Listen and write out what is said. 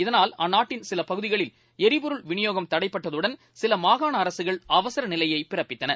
இதனால் அந்நாட்டின் சிலபகுதிகளில் எரிபொருள் விநியோகம் தடைபட்டதுடன் சிலமாகாணஅரசுகள் அவசரநிலையைபிறப்பித்தன